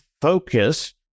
focus